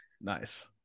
nice